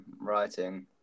writing